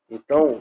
Então